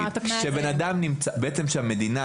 כשהמדינה